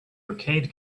arcade